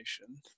information